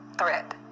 threat